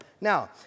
Now